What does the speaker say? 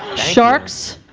sharks.